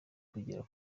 kugera